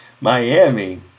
Miami